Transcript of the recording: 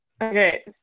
Okay